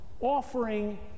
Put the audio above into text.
offering